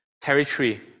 territory